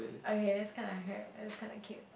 okay that's kind I have that's kind a kid